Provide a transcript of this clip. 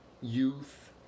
youth